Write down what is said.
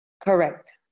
Correct